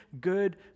good